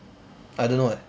I don't know eh